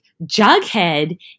Jughead